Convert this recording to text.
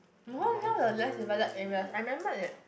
you know now the less developed areas I remember that